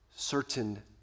Certain